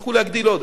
יצטרכו להגדיל עוד,